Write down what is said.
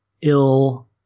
ill